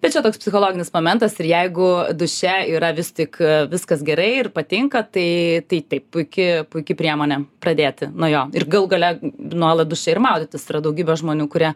bet čia toks psichologinis momentas ir jeigu duše yra vis tik viskas gerai ir patinka tai tai taip puiki puiki priemonė pradėti nuo jo ir galų gale nuolat duše ir maudytis yra daugybė žmonių kurie